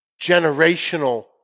generational